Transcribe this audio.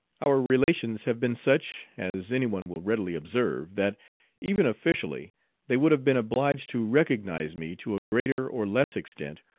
our relations have been such, as any one will readily observe, that even officially they would have been obliged to recognize me to a greater or less extent,